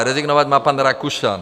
Rezignovat má pan Rakušan.